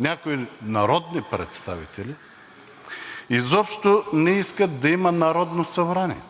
някои народни представители изобщо не искат да има Народно събрание